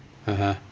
(uh huh)